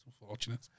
unfortunate